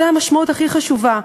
זו המשמעות הכי חשובה: